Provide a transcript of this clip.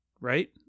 right